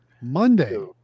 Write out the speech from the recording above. Monday